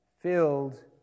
Filled